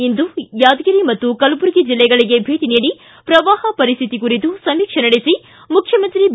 ಇಂದು ಯಾದಗಿರಿ ಮತ್ತು ಕಲ್ಲುರ್ಗಿ ಜಿಲ್ಲೆಗಳಗೆ ಭೇಟಿ ನೀಡಿ ಪ್ರವಾಹ ಪರಿಸ್ಥಿತಿ ಕುರಿತು ಸಮೀಕ್ಷೆ ನಡೆಸಿ ಮುಖ್ಯಮಂತ್ರಿ ಬಿ